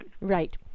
Right